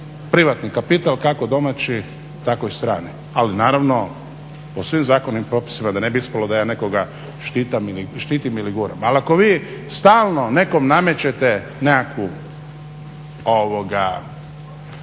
privatni kapital, kako domaći tako i strani, ali naravno po svim zakonima i propisima da ne bi ispalo da ja nekoga štitim ili guram. Ali ako vi stalno nekom namećete nekakvu